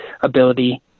ability